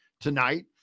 tonight